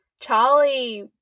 Charlie